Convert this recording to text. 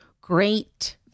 great